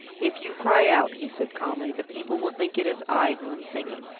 if you cry out, he said calmly, the people will think it is i who am singing!